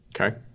Okay